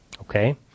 okay